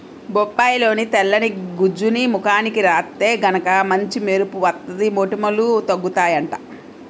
బొప్పాయిలోని తెల్లని గుజ్జుని ముఖానికి రాత్తే గనక మంచి మెరుపు వత్తది, మొటిమలూ తగ్గుతయ్యంట